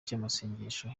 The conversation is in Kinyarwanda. cy’amasengesho